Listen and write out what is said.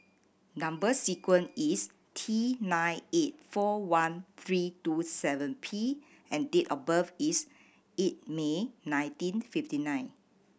number sequence is T nine eight four one three two seven P and date of birth is eight May nineteen fifty nine